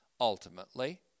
ultimately